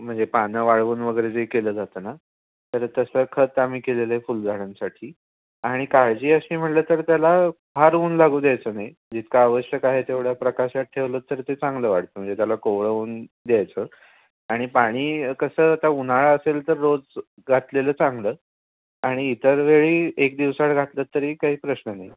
म्हणजे पानं वाळवून वगैरे जे केलं जात ना तर तसं खत आम्ही केलेलं आहे फुलझाडांसाठी आणि काळजी अशी म्हणलं तर त्याला फार ऊन लागू द्यायचं नाही जितकं आवश्यक आहे तेवढ्या प्रकाशात ठेवलंच तर ते चांगलं वाढतं म्हणजे त्याला कोवळं ऊन द्यायचं आणि पाणी कसं तर उन्हाळा असेल तर रोज घातलेलं चांगलं आणि इतर वेळी एक दिवसा आड घातलं तरी काही प्रश्न नाही